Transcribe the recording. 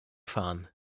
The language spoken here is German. fahren